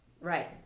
Right